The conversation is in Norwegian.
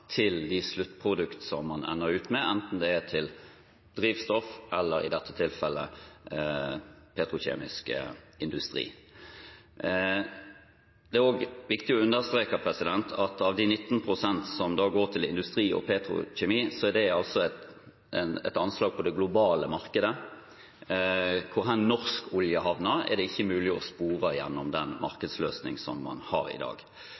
til de sluttproduktene man ender opp med, enten det er til drivstoff eller, som i dette tilfellet, petrokjemisk industri. Det er også viktig å understreke at de 19 pst. som går til industri og petrokjemi, er et anslag på det globale markedet. Hvor norsk olje havner, er det ikke mulig å spore gjennom den markedsløsningen man har i dag.